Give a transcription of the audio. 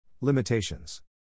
Limitations